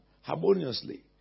harmoniously